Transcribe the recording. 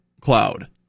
cloud